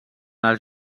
els